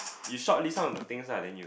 you shortlist some of the things ah then you